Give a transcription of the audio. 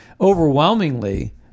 overwhelmingly